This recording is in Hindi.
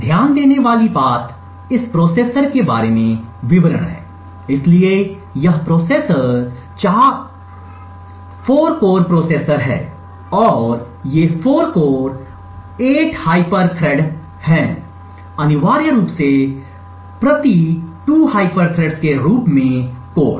ध्यान देने वाली पहली बात इस प्रोसेसर के बारे में विवरण है इसलिए यह प्रोसेसर 4 कोर प्रोसेसर है और ये 4 कोर 8 हाइपर थरेड हैं अनिवार्य रूप से प्रति 2 हाइपर थ्रेड्स के रूप में कोर